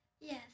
Yes